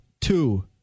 two